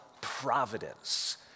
providence